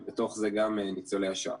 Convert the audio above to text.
ובתוך זה גם לניצולי השואה.